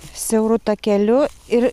siauru takeliu ir